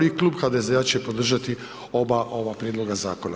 I Klub HDZ-a će podržati oba ova prijedloga zakona.